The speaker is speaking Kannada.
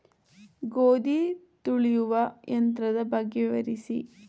ಗೋಧಿ ತುಳಿಯುವ ಯಂತ್ರದ ಬಗ್ಗೆ ವಿವರಿಸಿ?